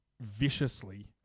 viciously